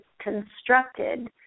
constructed